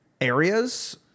areas